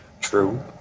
True